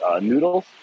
noodles